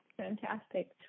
Fantastic